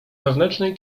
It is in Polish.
wewnętrznej